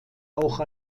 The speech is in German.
auch